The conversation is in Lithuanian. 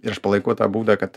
ir aš palaikau tą būdą kad